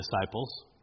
disciples